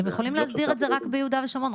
אתם יכולים להסדיר את זה רק ביהודה ושומרון,